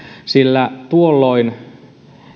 sillä tuolloin